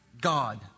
God